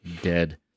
dead